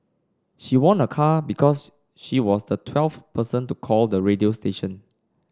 she won a car because she was the twelfth person to call the radio station